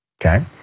okay